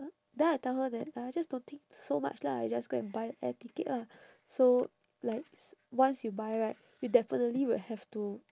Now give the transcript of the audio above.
then I tell her that ah just don't think so much lah just go and buy air ticket lah so like once you buy right you definitely will have to